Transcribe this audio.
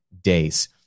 days